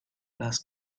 las